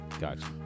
gotcha